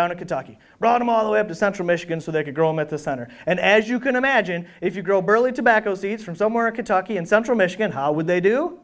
down in kentucky brought them all the way up to central michigan so they could grow at the center and as you can imagine if you grow burley tobacco seeds from somewhere kentucky and central michigan how would they do